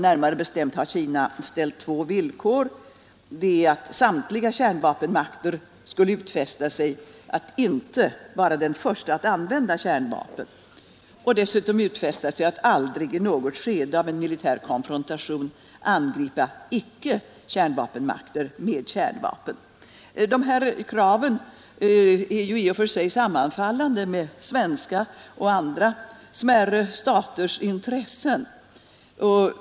Närmare bestämt har Kina ställt två villkor. Det ena är att samtliga kärnvapenmakter skall utfästa sig att inte vara den första att använda kärnvapen, det andra är att de skall utfästa sig att aldrig i något skede av en militär konfrontation angripa icke-kärnvapenmakter med kärnvapen. Dessa krav sammanfaller i och för sig med Sveriges och andra smärre staters intressen.